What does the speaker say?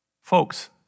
Folks